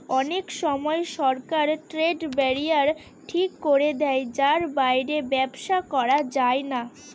অনেক সময় সরকার ট্রেড ব্যারিয়ার ঠিক করে দেয় যার বাইরে ব্যবসা করা যায় না